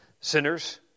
sinners